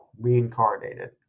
reincarnated